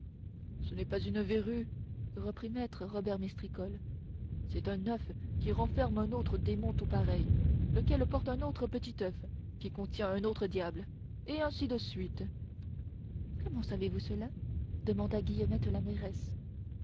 ce n'est pas une verrue reprit maître robert mistricolle c'est un oeuf qui renferme un autre démon tout pareil lequel porte un autre petit oeuf qui contient un autre diable et ainsi de suite comment savez-vous cela demanda guillemette la mairesse